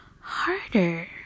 harder